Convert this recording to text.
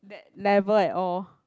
never at all